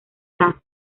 caso